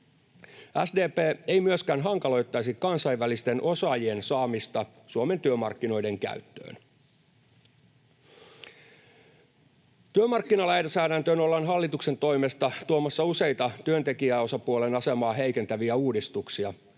SDP ei myöskään hankaloittaisi kansainvälisten osaajien saamista Suomen työmarkkinoiden käyttöön. Työmarkkinalainsäädäntöön ollaan hallituksen toimesta tuomassa useita työntekijäosapuolen asemaa heikentäviä uudistuksia,